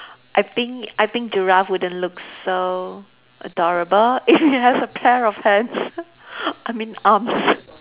I think I think giraffe wouldn't look so adorable if it has a pair of hands I mean arms